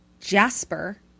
Jasper